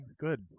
Good